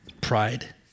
pride